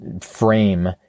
frame